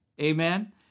Amen